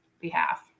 behalf